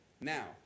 Now